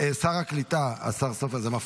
שר הקליטה, השר סופר, זה מפריע.